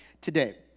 today